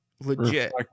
legit